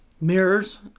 Mirrors